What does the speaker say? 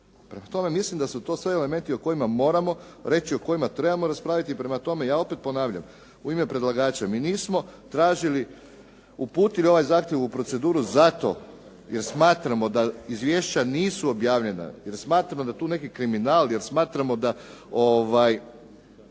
Prema tome, mislim da su to sve elementi o kojima moramo reći, o kojima trebamo raspraviti. Prema tome, ja opet ponavljam u ime predlagača. Mi nismo tražili, uputili ovaj zahtjev u proceduru zato jer smatramo da izvješća nisu objavljena, jer smatramo da je tu neki kriminal, jer smatramo da